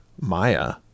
Maya